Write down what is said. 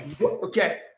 Okay